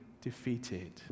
defeated